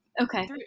Okay